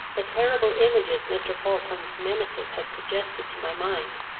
the terrible images mr. falkland's menaces had suggested to my mind,